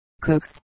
Cooks